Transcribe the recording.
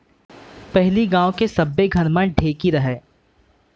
पहिली गांव के सब्बे घर म ढेंकी रहय